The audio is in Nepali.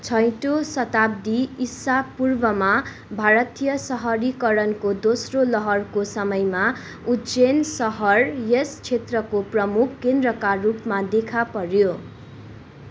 छैटौँ शताब्दी ईसा पूर्वमा भारतीय सहरीकरणको दोस्रो लहरको समयमा उज्जैन सहर यस क्षेत्रको प्रमुख केन्द्रका रूपमा देखा पर्यो